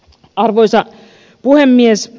arvoisa puhemies